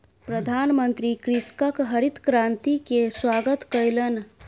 प्रधानमंत्री कृषकक हरित क्रांति के स्वागत कयलैन